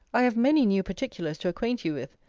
i have many new particulars to acquaint you with,